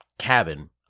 cabin